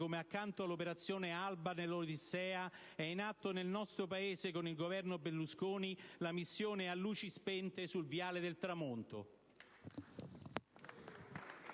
come accanto all'operazione "Alba dell'Odissea" sia in atto nel nostro Paese con il Governo Berlusconi la missione "A luci spente sul viale del tramonto".